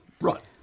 Right